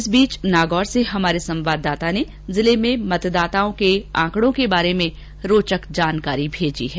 इस बीच नागौर से हमारे संवाददाता ने जिले में मतदाताओं के आंकड़ों के बारे में रोचक जानकारी भेजी है